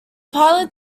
pilot